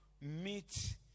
meet